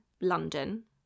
London